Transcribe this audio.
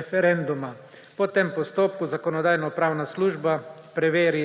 referenduma. Po tem postopku Zakonodajno-pravna služba preveri